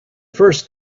first